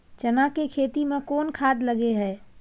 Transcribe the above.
चना के खेती में कोन खाद लगे हैं?